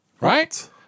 right